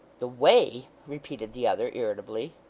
the way repeated the other, irritably.